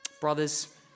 Brothers